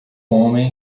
homem